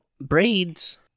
braids